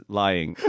lying